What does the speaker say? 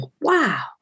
wow